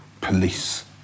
police